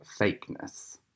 fakeness